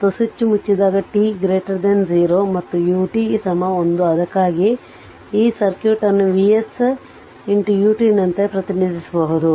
ಮತ್ತು ಸ್ವಿಚ್ ಮುಚ್ಚಿದಾಗ t 0 ಮತ್ತು ut 1 ಅದಕ್ಕಾಗಿಯೇ ಈ ಸರ್ಕ್ಯೂಟ್ ಅನ್ನು V s ut ನಂತೆ ಪ್ರತಿನಿಧಿಸಬಹುದು